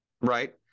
right